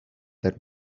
that